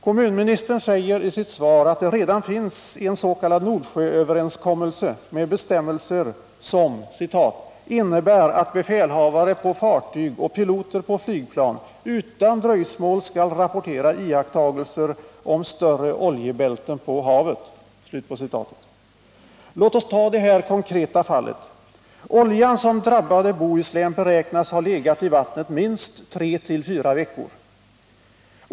Kommunministern säger i sitt svar att det redan finns en s.k. Nordsjööverenskommelse med bestämmelser som ”innebär att befälhavare på fartyg och piloter på flygplan utan dröjsmål skall rapportera iakttagelser om större oljebälten på havet”. Låt oss ta det här konkreta fallet. Oljan som drabbade Bohuslän beräknas ha legat i vattnet minst tre fyra veckor.